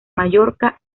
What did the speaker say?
mallorca